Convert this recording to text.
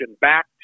back